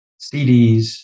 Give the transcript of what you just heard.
CDs